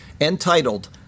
entitled